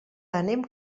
anem